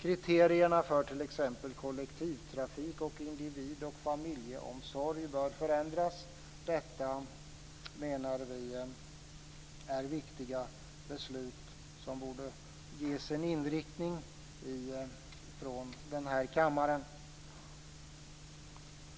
Kriterierna för t.ex. kollektivtrafik och individ och familjeomsorg bör förändras. Detta menar vi är viktiga beslut som borde ges en inriktning från den här kammaren.